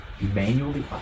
Manually